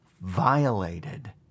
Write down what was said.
violated